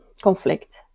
conflict